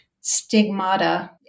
stigmata